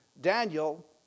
Daniel